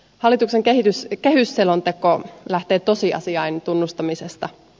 hallituksen kehysselonteko lähtee tosiasiain tunnustamisesta